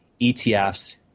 ETFs